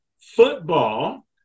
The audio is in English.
football